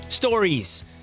Stories